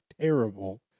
terrible